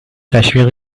تشویق